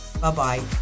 Bye-bye